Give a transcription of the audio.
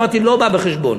אמרתי: לא בא בחשבון.